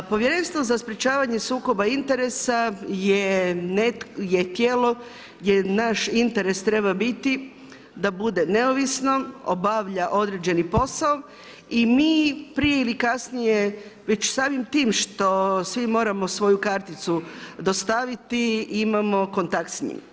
Povjerenstvo za sprječavanje sukoba interesa je tijelo, gdje naš interes treba biti da bude neovisno, obavlja određeni posao i mi prije ili kasnije već samim tim što svi moramo svoju karticu dostaviti imamo kontakt s njim.